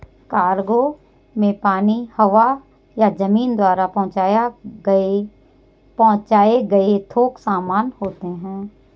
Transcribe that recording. cargo में पानी, हवा या जमीन द्वारा पहुंचाए गए थोक सामान होते हैं